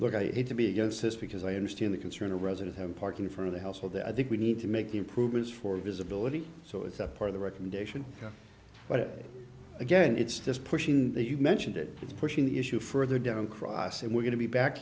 look i hate to be against this because i understand the concern a resident have parking for the household that i think we need to make the improvements for visibility so it's a part of the recommendation but again it's just pushing it you mentioned it it's pushing the issue further down cross and we're going to be back